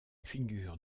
figure